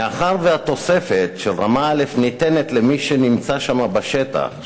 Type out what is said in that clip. מאחר שהתוספת של רמה א' ניתנת למי שנמצא שם בשטח,